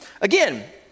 again